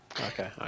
okay